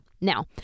Now